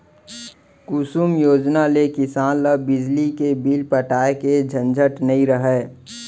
कुसुम योजना ले किसान ल बिजली के बिल पटाए के झंझट नइ रहय